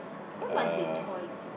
why must be toys